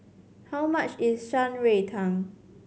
how much is Shan Rui Tang